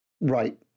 Right